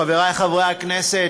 חברי חברי הכנסת,